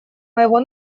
моего